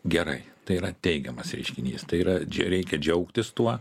gerai tai yra teigiamas reiškinys tai yra čia reikia džiaugtis tuo